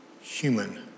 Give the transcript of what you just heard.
human